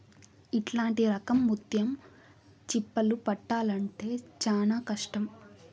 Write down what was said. ఇట్లాంటి రకం ముత్యం చిప్పలు పట్టాల్లంటే చానా కష్టం